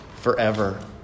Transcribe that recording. forever